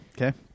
Okay